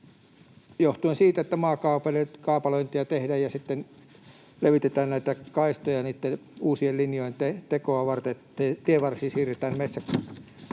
johtuen siitä, että maakaapelointia tehdään ja sitten levitetään näitä kaistoja uusien linjojen tekoa varten, tienvarsiin siirretään metsäkaapeleita